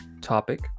topic